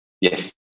Yes